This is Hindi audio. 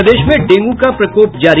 प्रदेश में डेंगू का प्रकोप जारी